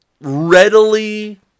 readily